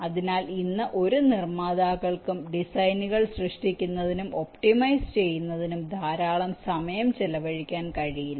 അതിനാൽ ഇന്ന് ഒരു നിർമ്മാതാക്കൾക്കും ഡിസൈനുകൾ സൃഷ്ടിക്കുന്നതിനും ഒപ്റ്റിമൈസ് ചെയ്യുന്നതിനും ധാരാളം സമയം ചെലവഴിക്കാൻ കഴിയില്ല